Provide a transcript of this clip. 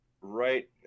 right